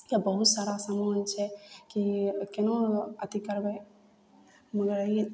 तऽ बहुत सारा सामान छै कि केना अथि करबै मगर ई